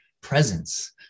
presence